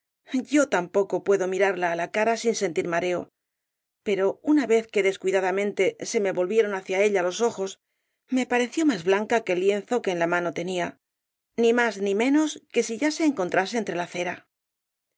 yo tampoco puedo mirarla á la cara sin sentir mareo pero una vez que descuidadamente se me volvieron hacia ella los ojos me pareció más blanca que el lienzo que en la mano tenía ni más ni menos que si ya se encontrase entre la cera